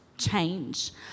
change